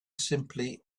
simply